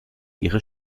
ihre